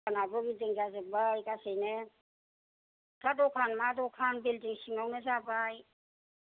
दखानाबो building जाजोबबाय गासैनो गस्ला दखान मा दखान बिलदिं सिङावनो जाबाय